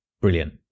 Brilliant